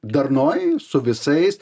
darnoj su visais